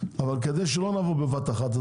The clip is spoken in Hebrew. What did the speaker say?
אבל כדי שלא נבוא בבת אחת,